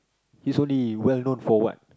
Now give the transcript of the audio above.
he's only well known for what